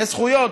וזכויות,